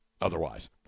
otherwise